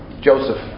Joseph